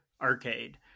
Arcade